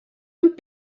amb